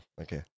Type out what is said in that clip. Okay